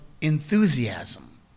enthusiasm